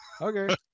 okay